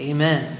Amen